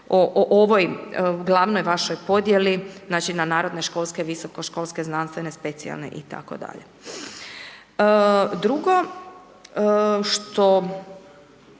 o ovoj glavnoj vašoj podijeli na narodno školske, visokoškolske znanstvene specijalne itd. Drugo, što